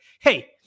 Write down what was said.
hey